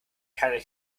keiner